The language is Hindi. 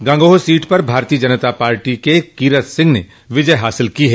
गंगोह सीट पर भारतीय जनता पार्टी के किरत सिंह ने विजय हासिल की है